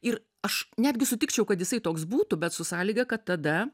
ir aš netgi sutikčiau kad jisai toks būtų bet su sąlyga kad tada